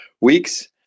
weeks